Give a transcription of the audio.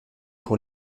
pour